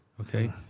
okay